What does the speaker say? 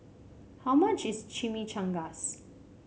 how much is Chimichangas